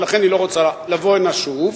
ולכן היא לא רוצה לבוא הנה שוב,